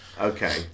Okay